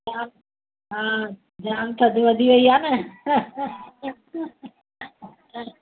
ॿिया हा जाम थधि वधी वई आहे न